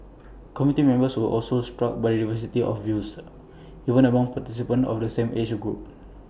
committee members were also struck by the diversity of views even among participants of the same age group